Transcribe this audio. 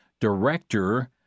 director